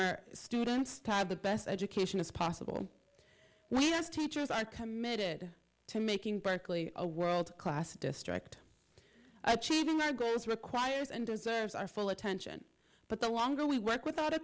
our students time the best education is possible we have teachers are committed to making berkeley a world class district achieving our goals requires and deserves our full attention but the longer we work without a